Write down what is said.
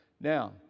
Now